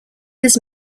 his